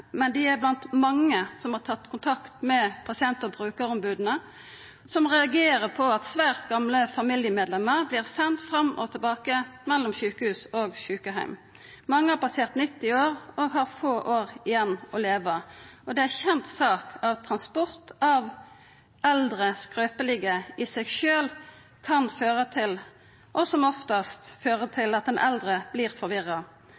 Dei er blant mange som har tatt kontakt med pasient- og brukaromboda. Dei reagerer på at svært gamle familiemedlemer vert sende fram og tilbake mellom sjukehus og sjukeheim. Mange har passert 90 år og har få år igjen å leva. Det er ei kjend sak at transport av eldre skrøpelege i seg sjølv kan føra til – som oftast – at den eldre vert forvirra.